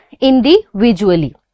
individually